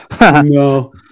No